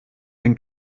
den